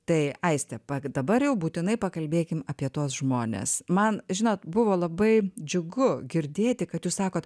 tai aistė pagal dabar jau būtinai pakalbėkime apie tuos žmones man žinot buvo labai džiugu girdėti kad jūs sakote